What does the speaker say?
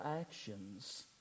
actions